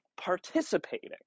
participating